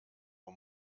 uhr